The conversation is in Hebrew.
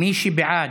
מי שבעד,